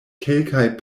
kelkaj